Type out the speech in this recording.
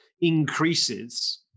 increases